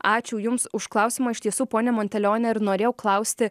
ačiū jums už klausimą iš tiesų ponia monteleone ir norėjau klausti